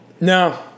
No